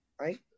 right